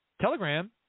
Telegram